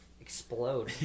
explode